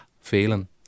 feeling